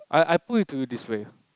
I I put it to you this way